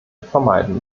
vermeiden